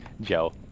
Joe